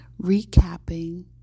recapping